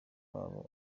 babo